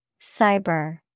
Cyber